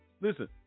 listen